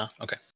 Okay